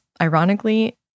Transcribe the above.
ironically